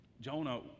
Jonah